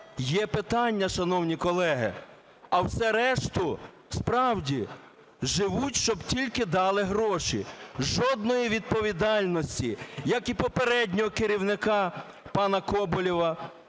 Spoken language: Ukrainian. Є питання, шановні колеги, а всі решта справді живуть, щоб тільки дали гроші, жодної відповідальності, як і попереднього керівника пана Коболєва,